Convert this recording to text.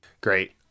Great